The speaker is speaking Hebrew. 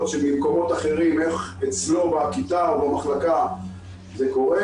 ולראות איך אצלו בכיתה או במחלקה זה קורה,